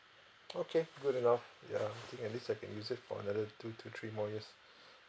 okay good enough ya think at least I can use it for another two to three more years